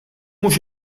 mhux